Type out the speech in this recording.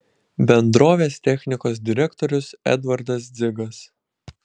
bendrovės technikos direktorius edvardas dzigas